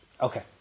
Okay